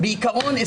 בעיקרון,